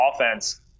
offense